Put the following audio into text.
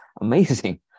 amazing